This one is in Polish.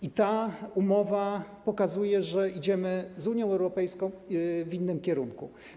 I ta umowa pokazuje, że idziemy z Unią Europejską w innym kierunku.